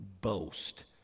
boast